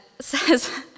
says